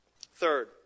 Third